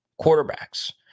quarterbacks